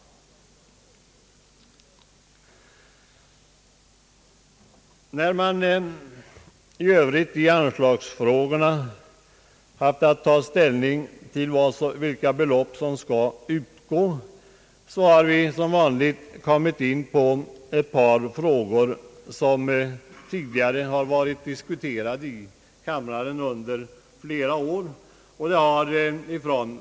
När man i övrigt i anslagsfrågorna haft att ta ställning till vilka anslagsbelopp som skall utgå, har man som vanligt kommit in på ett par frågor som tidigare har diskuterats i kammaren under flera år.